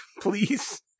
please